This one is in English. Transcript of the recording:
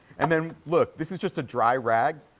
and then look, this is just a dry rag.